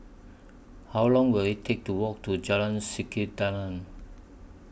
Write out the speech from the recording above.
How Long Will IT Take to Walk to Jalan Sikudangan